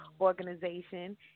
organization